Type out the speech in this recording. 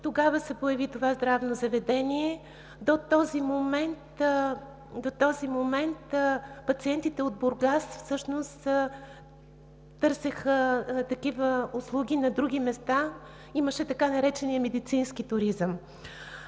Тогава се появи това здравно заведение. До този момент пациентите от Бургас търсеха такива услуги на други места – имаше така наречения „медицински туризъм“.